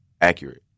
accurate